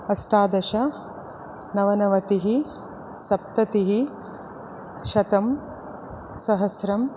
अष्टादश नवनवतिः सप्ततिः शतं सहस्रम्